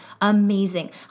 amazing